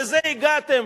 לזה הגעתם.